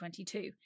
2022